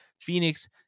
Phoenix